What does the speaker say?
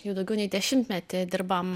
jau daugiau nei dešimtmetį dirbam